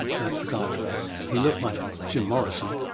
that's the guy for us. he looked like jim morrison,